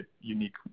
unique